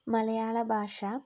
മലയാള ഭാഷ